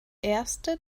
erste